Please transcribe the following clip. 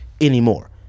anymore